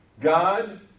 God